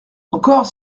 encore